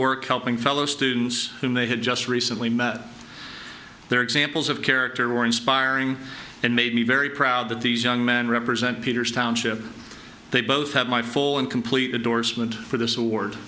work helping fellow students whom they had just recently met their examples of character were inspiring and made me very proud that these young men represent peters township they both have my full and complete the doors meant for this award